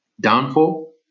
Downfall